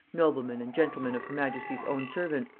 noblemen and gentlemen of her majesty's own servants,